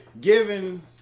Given